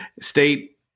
State